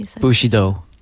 Bushido